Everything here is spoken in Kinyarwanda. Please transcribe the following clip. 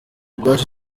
bwacu